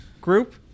group